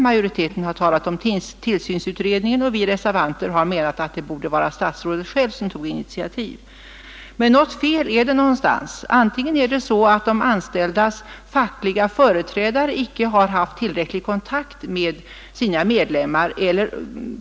Majoriteten har talat om tillsynsutredningen, och vi reservanter har menat att statsrådet själv borde ta initiativ. Men något fel är det någonstans. Kanske har de anställdas fackliga företrädare inte tillräcklig kontakt med sina medlemmar.